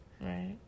Right